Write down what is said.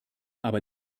aber